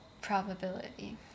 Probability